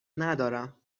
ندارم